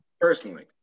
personally